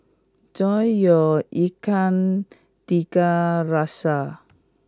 enjoy your ikan Tiga Rasa